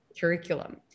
curriculum